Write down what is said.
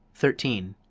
thirteen.